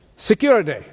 Security